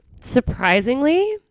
surprisingly